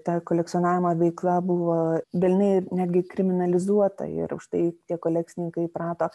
ta kolekcionavimo veikla buvo dalinai netgi kriminalizuota ir už tai tie kolekcininkai įprato